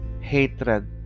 hatred